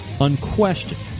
Unquestioned